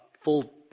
full